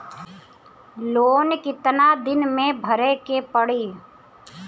Loan कितना दिन मे भरे के पड़ी?